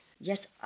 Yes